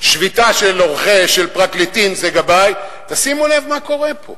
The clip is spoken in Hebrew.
שביתה של פרקליטים זה גבאי, תשימו לב מה קורה פה.